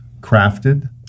crafted